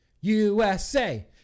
USA